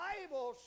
Bible